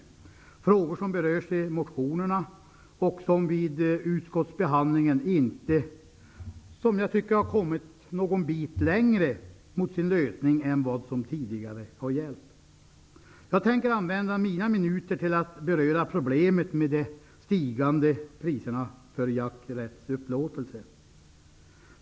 Det är frågor som berörs i motionerna och som vid utskottsbehandlingen inte har kommit närmare sin lösning. Jag tänker använda mina minuter till att beröra problemet med de stigande priserna för jakträttsupplåtelse.